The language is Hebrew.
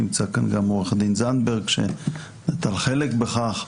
נמצא כאן גם עו"ד זנדברג, שנטל חלק בכך.